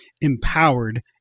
empowered